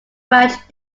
ranch